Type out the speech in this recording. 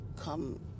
come